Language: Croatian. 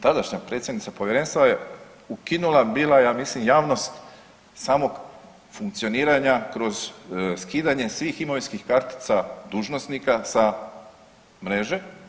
Tadašnja predsjednica povjerenstva je ukinula bila ja mislim javnost samog funkcioniranja kroz skidanja svih imovinskih kartica dužnosnika sa mreže.